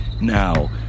now